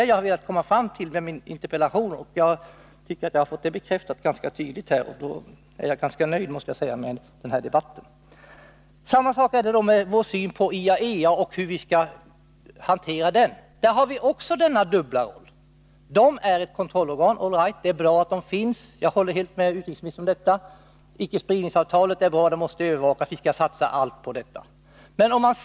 Jag har velat peka på detta i min interpellation, och eftersom sakförhållandet bekräftats ganska tydligt här i debatten är jag ganska nöjd. Detsamma gäller vår syn på IAEA. Här har vi också denna dubbla roll. IAEA är ett kontrollorgan. Jag håller helt med utrikesministern om att det är bra att detta kontrollorgan finns. Icke-spridningsavtalet är också bra — vi skall satsa allt på detta.